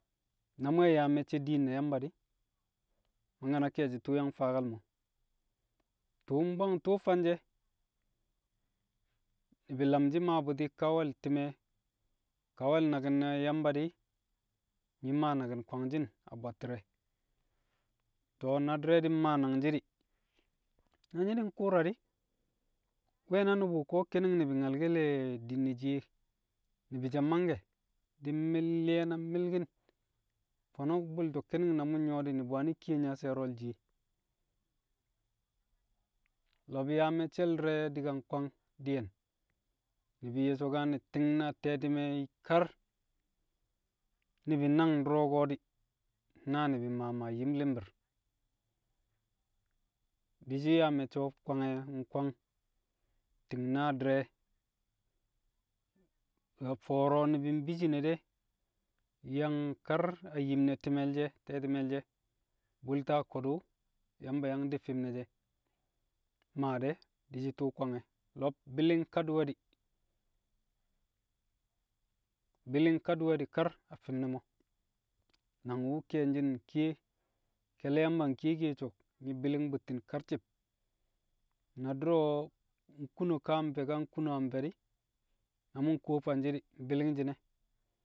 Na mu̱ we̱ yaa me̱cce̱ diin na Yamba di̱, mangke̱ na ke̱e̱shi̱ tṵṵ yang faake̱l mo̱. Tṵṵ mbwang tṵṵ fanshe̱, ni̱bi̱ lamshi̱ maa bu̱ti̱ ka nwe̱l ti̱me̱, ka nwe̱l naki̱n ne̱ Yamba di̱, nyi̱ maa naki̱n kwangshi̱n a bwatti̱re̱ To̱, na di̱re̱ di̱ mmaa nangshi̱ di̱, na nyi̱ di̱ nku̱u̱ra di̱, we̱ na nu̱bu̱ ko̱ ki̱ni̱ng ni̱bi̱ nyalke̱le̱ din ne̱ shiye, ni̱bi̱ she̱ mangke̱. Di̱ mmi̱l nli̱ye̱ na mi̱lki̱n. Fo̱no̱ bu̱lto̱ ki̱ni̱ng na mu̱ nyu̱wo̱ ni̱bi̱ wani̱ kiye nyashe̱ro̱l shiye. Lo̱b yaa me̱cce̱l di̱re̱ di̱ ka nkwang di̱yẹn ni̱bi̱ ye̱ so̱kane̱ ti̱ng na te̱ti̱me̱ kar ni̱bi̱ nang du̱ro̱ ko̱ di̱, naa ni̱bi̱ maa maa yim li̱mbi̱r. Di̱shi̱ yaa me̱cce̱ o̱ kwange̱. Nkwang ti̱ng naa di̱re̱ na fo̱o̱ro̱ ni̱bi̱ mbi shi̱ne̱ de̱, yang kar a yim ne ti̱mẹl she̱, te̱ti̱mẹl she̱, bu̱lta ko̱du̱ Yamba yang de fi̱m ne̱ she̱ maa de̱, di̱ shi̱ tṵṵ Kwange̱, lo̱b bi̱li̱ng kadi̱we̱di̱, bi̱li̱ng kadi̱wẹdi̱, kar a fi̱m ne̱ mo̱, nang wu̱ ke̱nshi̱n nkiye, ke̱lle̱ Yamba nkiye kiye so̱ nyi̱ bi̱li̱ng bu̱tti̱n karci̱b, na du̱ro̱ nkuno ka a nfẹ, ka nkuno a mfe̱ di̱, na mu̱ nkuwo fanshi̱ di̱, bi̱li̱ng shi̱nẹ.